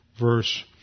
verse